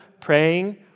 praying